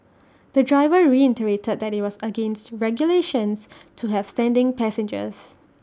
the driver reiterated that IT was against regulations to have standing passengers